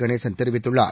கணேசன் தெரிவித்துள்ளார்